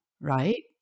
Right